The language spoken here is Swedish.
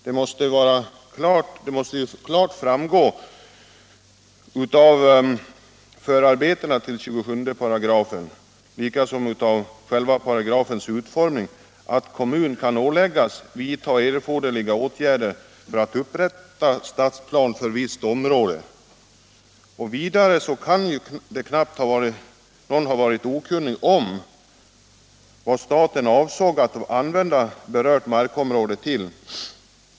Det måste klart framgå av förarbetena till 27 § och även av utformningen av paragrafen att kommun kan åläggas att vidta erforderliga åtgärder för att upprätta stadsplan för visst område. Vidare kan knappast någon ha varit okunnig om vad staten avsåg att använda berört markområde till.